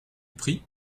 pris